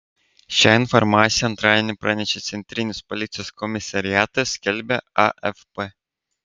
šią informaciją antradienį pranešė centrinis policijos komisariatas skelbia afp